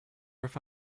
ever